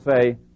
say